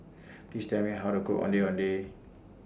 Please Tell Me How to Cook Ondeh Ondeh